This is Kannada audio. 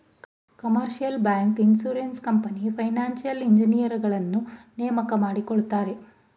commercial bank, insurance company, financial ಇಂಜಿನಿಯರುಗಳನ್ನು ನೇಮಕ ಮಾಡಿಕೊಳ್ಳುತ್ತಾರೆ